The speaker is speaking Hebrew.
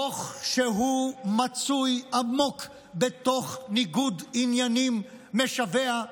תוך שהוא מצוי עמוק בתוך ניגוד עניינים משווע,